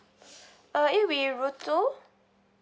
uh it'll be rutu